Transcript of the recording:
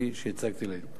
כפי שהצגתי לעיל.